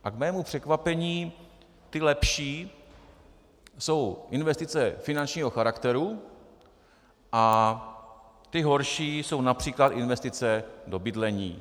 A k mému překvapení ty lepší jsou investice finančního charakteru a ty horší jsou například investice do bydlení.